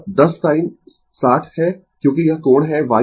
तो इसी तरह से 1323 sin के बराबर है यह अधिकतम वैल्यू 1323 sin ω t 409 o है